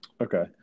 Okay